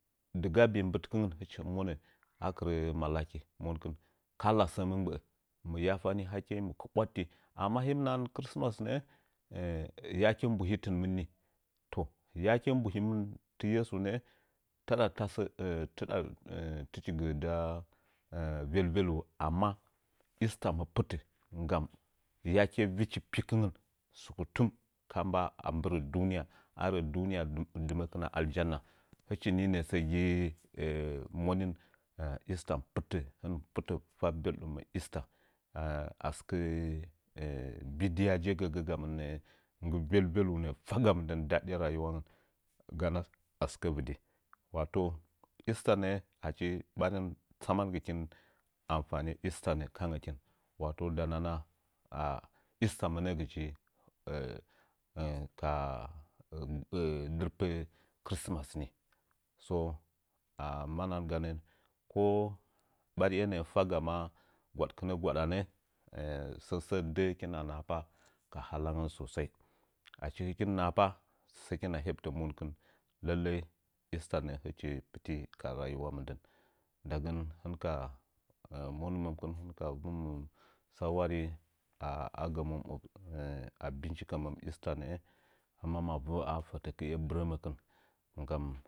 Dɨga bi'i mbɨtkin hɨchim monə akɨrə makaki monkɨn kala sə mɨ gbə'ə mɨ yafani hakkai nə'ə mɨ kɨ bwatti amma him naha chrismas nə'ə yake mbuhitɨn mɨn ni to yake mbuhimɨn tɨ yeso nə'ə tada tasə tichigɨ nda velvuliuwo ma esther mɨ pɨtə nggam yake vichi pikɨngən sukutum ka mba a bɨrə duniya arə duniya dɨ mə'əkɨna aljannah hɨchi ninə'ə səgi rin monin esther mɨ pɨtə fa beldum asɨkə bidiyaje gəgəgamɨn nə'ə nggɨ velveləu nə'ə faga mɨndən dadeɗe rayiwangən gana asɨkə vɨdi wato esther nə'ə achi barin tsamagɨkin amfane esther nə'ə wato da nana esther mɨna'agɨchi ka gurbe chrismas so manahan ganə kowo ɓariye hə'ə faga ma gwadkɨn gwaɗanə sən səə də'ə hɨkina nahapa ka halangən susai achi hɨkin mɨ nahapa sai kina heptə monkɨn lallai esther nə'ə hɨchi pɨta luwo mɨndən ndagən hɨnka monɨmənkin vɨməm saware agamən abincikəm əm esther nə'ə hɨman ma va fətəkiye bɨrəmakɨn.